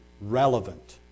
relevant